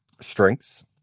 strengths